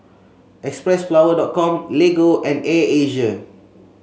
X Press flower dot com Lego and Air Asia